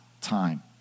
time